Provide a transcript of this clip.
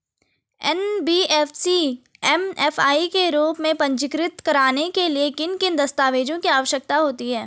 NBFC MFI के रूप में पंजीकृत कराने के लिए किन किन दस्तावेज़ों की आवश्यकता होती है?